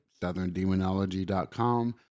southerndemonology.com